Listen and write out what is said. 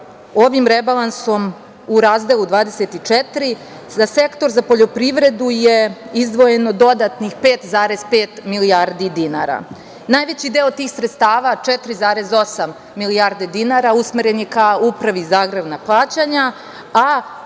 ovim rebalansom u Razdelu 24 za sektor za poljoprivredu je izdvojeno dodatnih 5,5 milijardi dinara. Najveći deo tih sredstava, 4,8 milijardi dinara usmeren je ka upravi za agrarna plaćanja,